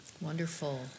Wonderful